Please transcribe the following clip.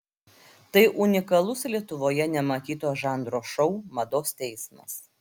tai unikalus lietuvoje nematyto žanro šou mados teismas